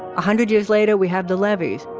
hundred years later, we have the levees